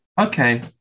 Okay